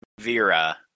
Vera